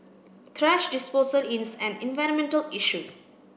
thrash disposal is an environmental issue